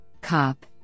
COP